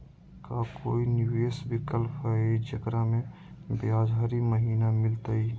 का कोई निवेस विकल्प हई, जेकरा में ब्याज हरी महीने मिलतई?